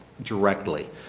directly.